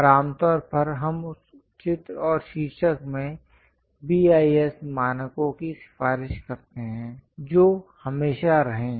और आमतौर पर हम उस चित्र और शीर्षक में बी आई एस मानकों की सिफारिश करते हैं जो हमेशा रहें